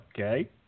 Okay